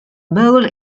bowl